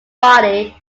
body